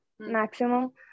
maximum